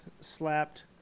slapped